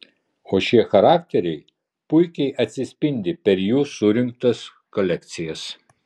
o šie charakteriai puikiai atsispindi per jų surinktas kolekcijas